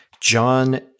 John